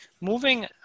Moving